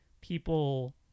people